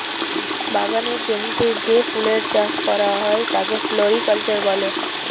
বাগানের জমিতে যে ফুলের চাষ করা হয় তাকে ফ্লোরিকালচার বলে